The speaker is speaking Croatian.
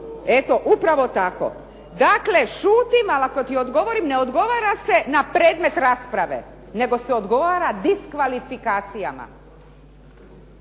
Eto, upravo tako. Dakle, šutim ali ako ti odgovorim ne odgovara se na predmet rasprave nego se odgovara diskvalifikacijama.